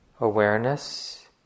awareness